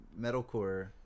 metalcore